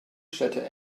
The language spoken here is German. städte